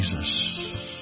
Jesus